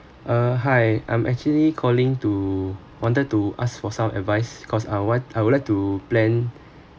uh hi I'm actually calling to wanted to ask for some advice cause I want I would like to plan